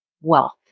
wealth